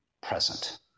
present